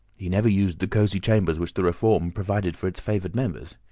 he never used the cosy chambers which the reform provides for its favoured members.